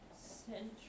central